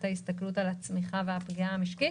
ההסתכלות על הצמיחה ועל הפגיעה המשקית.